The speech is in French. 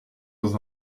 dans